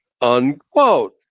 unquote